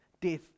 death